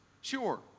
Sure